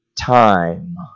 time